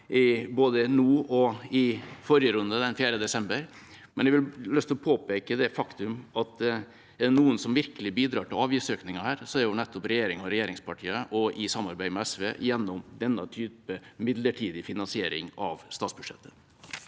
både nå og i forrige runde, den 4. desember, men jeg har lyst til å påpeke det faktum at er det noen som virkelig bidrar til avgiftsøkninger her, er det nettopp regjeringa og regjeringspartiene, i samarbeid med SV, gjennom denne typen midlertidig finansiering av statsbudsjettet.